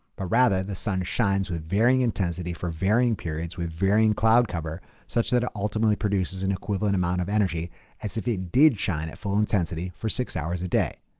but rather the sun shines with varying intensity for varying periods with varying cloud cover such that ultimately produces an equivalent amount of energy as if it did shine at full intensity for six hours a day.